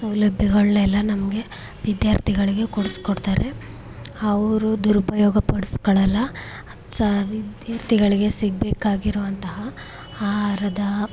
ಸೌಲಭ್ಯಗಳನ್ನೆಲ್ಲ ನಮಗೆ ವಿದ್ಯಾರ್ಥಿಗಳಿಗೆ ಕೊಡಿಸ್ಕೊಡ್ತಾರೆ ಅವರು ದುರುಪಯೋಗ ಪಡ್ಸ್ಕೊಳಲ್ಲ ಸ ವಿದ್ಯಾರ್ಥಿಗಳಿಗೆ ಸಿಗಬೇಕಾಗಿರುವಂತಹ ಆಹಾರದ